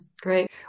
great